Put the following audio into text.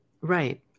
right